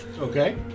Okay